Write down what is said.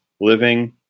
living